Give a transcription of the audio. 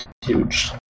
Huge